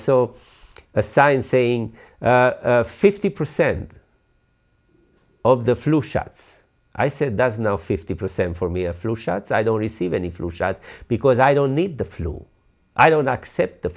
saw a sign saying fifty percent of the flu shots i said does now fifty percent for me are flu shots i don't receive any flu shots because i don't need the flu i don't accept the